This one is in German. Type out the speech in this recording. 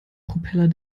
propeller